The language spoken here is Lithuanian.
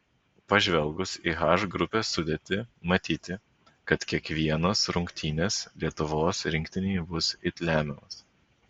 pažvelgus į h grupės sudėtį matyti kad kiekvienos rungtynės lietuvos rinktinei bus it lemiamos